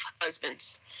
husbands